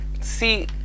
see